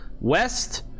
west